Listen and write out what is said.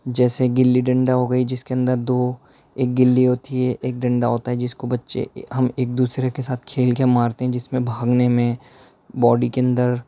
جیسے گلی ڈنڈا ہوگئی جس کے اندر دو ایک گلی ہوتی ہے ایک ڈنڈا ہوتا ہے جس کو بچے ہم ایک دوسرے کے ساتھ کھیل کے مارتے ہیں جس میں بھاگنے میں باڈی کے اندر